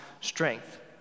strength